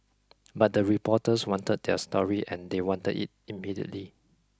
but the reporters wanted their story and they wanted it immediately